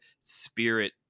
spirit